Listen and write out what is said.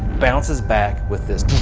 bounces back with this